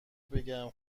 بگم